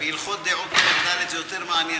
הלכות דעות פרק ד' זה יותר מעניין,